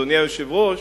אדוני היושב-ראש,